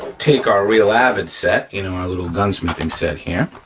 take our real avid set, you know our little gunsmithing set here.